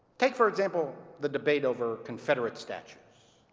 take, for example, the debate over confederate statues.